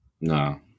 No